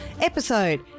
Episode